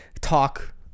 talk